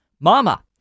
mama